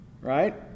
right